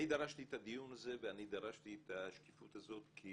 אני דרשתי את הדיון הזה ואני דרשתי את השקיפות הזאת כי